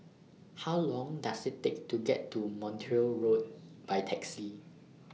How Long Does IT Take to get to Montreal Road By Taxi